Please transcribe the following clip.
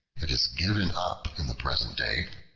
it is given up in the present day,